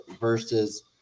versus